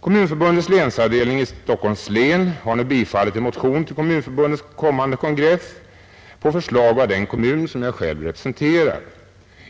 Kommunförbundets länsavdelning i Stockholms län har nu biträtt en motion till Kommunförbundets kommande kongress, väckt av den kommun som jag själv representerar.